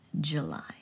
July